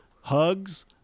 Hugs